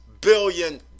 billion